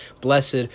blessed